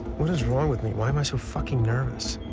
what is wrong with me? why am i so fucking nervous?